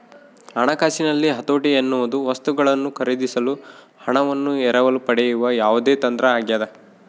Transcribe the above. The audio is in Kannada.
ಹಣಕಾಸಿನಲ್ಲಿ ಹತೋಟಿ ಎನ್ನುವುದು ವಸ್ತುಗಳನ್ನು ಖರೀದಿಸಲು ಹಣವನ್ನು ಎರವಲು ಪಡೆಯುವ ಯಾವುದೇ ತಂತ್ರ ಆಗ್ಯದ